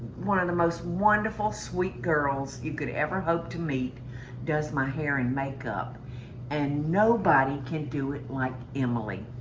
one of the most wonderful sweet girls you could ever hope to meet does my hair and makeup and nobody can do it like emily.